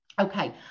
Okay